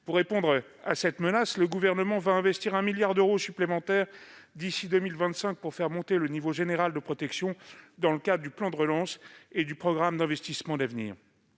Pour répondre à cette menace, le Gouvernement va investir un milliard d'euros supplémentaires d'ici à 2025 pour faire monter le niveau général de protection, dans le cadre du plan de relance et du programme d'investissements d'avenir.